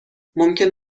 ممکن